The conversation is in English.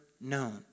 known